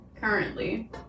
currently